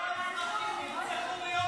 שקרן.